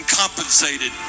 compensated